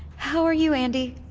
how are you, andi?